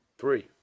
Three